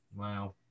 wow